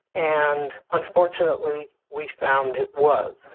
and unfortunately we found it was,